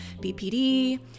BPD